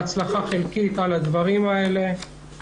בהצלחה חלקית, על הדברים האלה.